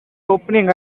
opening